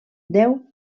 deu